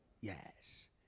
Yes